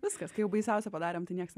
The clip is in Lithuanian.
viskas kai jau baisiausia padarėme tai nieks